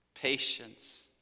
Patience